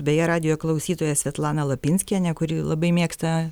beje radijo klausytoja svetlana lapinskienė kuri labai mėgsta